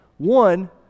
One